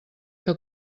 que